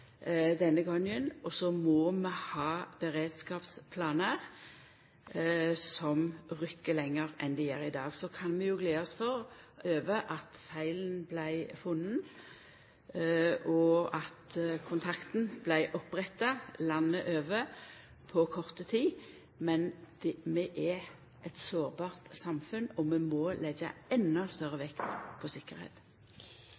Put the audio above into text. Så må vi ha beredskapsplanar som rekk lenger enn dei gjer i dag. Så kan vi jo gle oss over at feilen vart funnen, og at kontakten vart oppretta landet over på kort tid. Men vi har eit sårbart samfunn, og vi må leggja enda større